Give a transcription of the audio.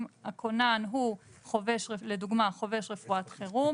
לדוגמא: 'הכונן הוא חובש רפואת חירום',